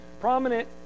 Prominent